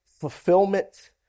fulfillment